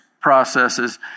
processes